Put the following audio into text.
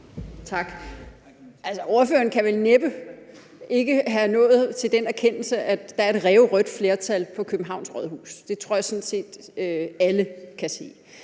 Tak. Ordføreren kan vel næppe være nået til den erkendelse, at der ikke er et ræverødt flertal i Københavns rådhus. Det tror jeg sådan set alle kan se